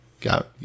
Got